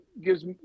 gives